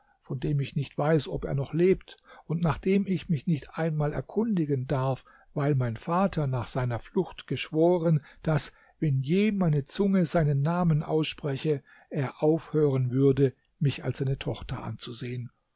von dem ich nicht weiß ob er noch lebt und nach dem ich mich nicht einmal erkundigen darf weil mein vater nach seiner flucht geschworen daß wenn je meine zunge seinen namen ausspreche er aufhören würde mich als seine tochter anzusehen